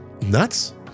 nuts